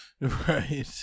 Right